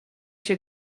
się